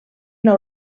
una